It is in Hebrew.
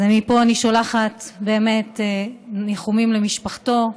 אז מפה אני שולחת באמת ניחומים למשפחתו,